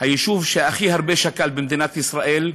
היישוב ששכל הכי הרבה במדינת ישראל,